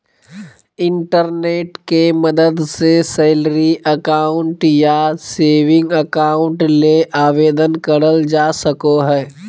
internet के मदद से सैलरी अकाउंट या सेविंग अकाउंट ले आवेदन करल जा सको हय